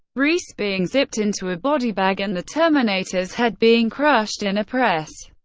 reese being zipped into a body bag, and the terminator's head being crushed in a press.